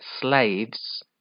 slaves